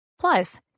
Plus